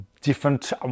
different